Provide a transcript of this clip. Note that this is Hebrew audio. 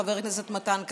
חבר הכנסת מתן כהנא,